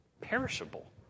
perishable